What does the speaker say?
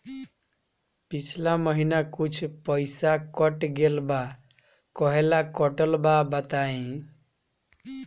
पिछला महीना कुछ पइसा कट गेल बा कहेला कटल बा बताईं?